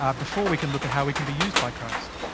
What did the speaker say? ah before we can look at how we can be used by christ.